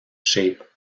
shape